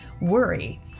worry